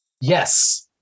Yes